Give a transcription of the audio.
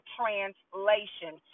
translation